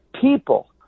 people